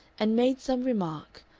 and made some remark,